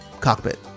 cockpit